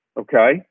okay